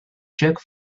jerk